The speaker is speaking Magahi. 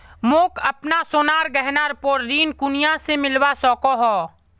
मोक अपना सोनार गहनार पोर ऋण कुनियाँ से मिलवा सको हो?